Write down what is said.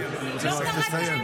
אני רוצה לסיים.